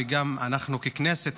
וגם אנחנו ככנסת,